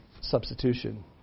substitution